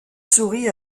souris